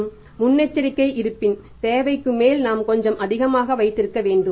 மற்றும் முன்னெச்சரிக்கை இருப்பின் தேவைக்கு மேல் நாம் கொஞ்சம் அதிகமாக வைத்திருக்க வேண்டும்